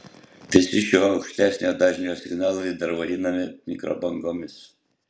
visi šiuo aukštesnio dažnio signalai dar vadinami mikrobangomis